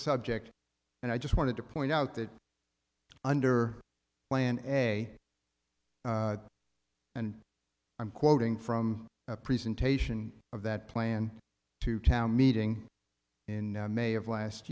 subject and i just wanted to point out that under plan ebay and i'm quoting from a presentation of that plan to town meeting in may of last